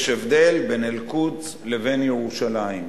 יש הבדל בין אל-קודס לבין ירושלים.